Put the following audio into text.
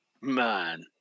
man